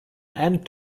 and